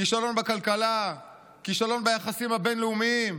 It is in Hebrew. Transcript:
כישלון בכלכלה, כישלון ביחסים הבין-לאומיים,